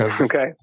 okay